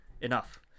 Enough